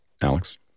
Alex